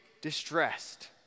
distressed